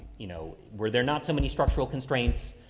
you know, where they're not so many structural constraints,